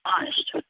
Honest